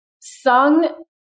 Sung